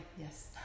Yes